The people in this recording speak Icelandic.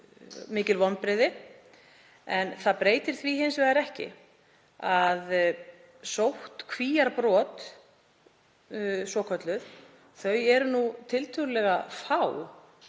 mikil vonbrigði. Það breytir því hins vegar ekki að sóttkvíarbrot svokölluð eru tiltölulega fá